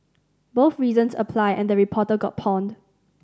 both reasons apply and the reporter got pawned